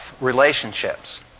relationships